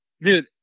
dude